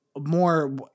more